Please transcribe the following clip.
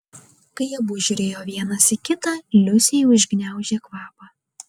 kai abu žiūrėjo vienas į kitą liusei užgniaužė kvapą